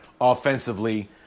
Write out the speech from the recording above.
offensively